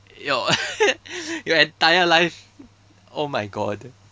your your entire life oh my god